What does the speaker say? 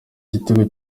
igitego